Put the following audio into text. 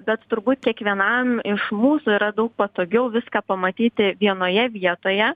bet turbūt kiekvienam iš mūsų yra daug patogiau viską pamatyti vienoje vietoje